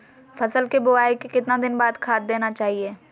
फसल के बोआई के कितना दिन बाद खाद देना चाइए?